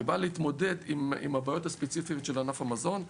שבא להתמודד עם הבעיות הספציפיות של בענף המזון.